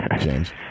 James